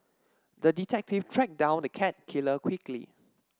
the detective tracked down the cat killer quickly